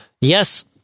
yes